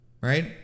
right